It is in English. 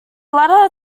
latter